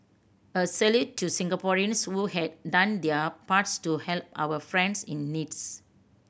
a salute to Singaporean's who had done their parts to help our friends in needs